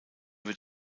wird